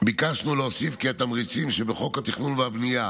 ביקשנו להוסיף כי התמריצים שבחוק התכנון והבנייה,